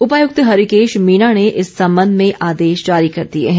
उपायुक्त हरिकेश मीणा ने इस संबंध में आदेश जारी कर दिए हैं